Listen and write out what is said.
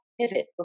pivot